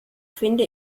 finde